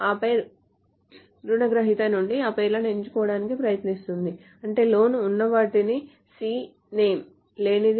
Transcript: ఆపై రుణగ్రహీత నుండి ఆ పేర్లను ఎంచుకోవడానికి ప్రయత్నిస్తుంది అంటే లోన్ ఉన్నవాటిని cname లేనిది